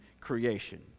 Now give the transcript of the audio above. creation